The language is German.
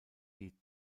die